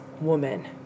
woman